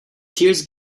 tears